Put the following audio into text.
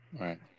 Right